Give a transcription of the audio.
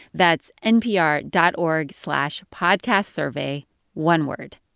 that's npr dot org slash podcastsurvey one word.